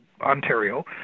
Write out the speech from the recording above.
Ontario